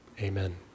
amen